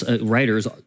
writers